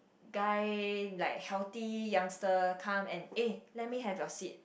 guy like healthy youngster come and eh let me have your seat